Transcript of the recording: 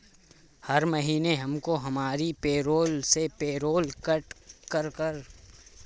हर महीने हमको हमारी पेरोल से पेरोल कर कट कर मिलता है